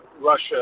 Russia